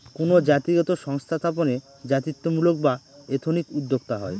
কোনো জাতিগত সংস্থা স্থাপনে জাতিত্বমূলক বা এথনিক উদ্যোক্তা হয়